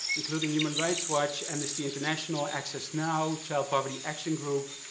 including human rights watch, amnesty international, access now, child poverty action group,